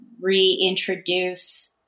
reintroduce